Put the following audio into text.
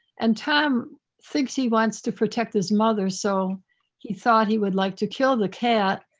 and tom thinks he wants to protect his mother. so he thought he would like to kill the cat.